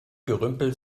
gerümpel